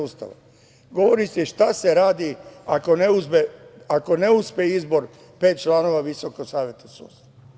Ustava govori se i šta se radi ako ne uspe izbor pet članova Visokog saveta sudstva.